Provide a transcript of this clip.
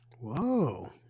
Whoa